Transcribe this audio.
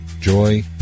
joy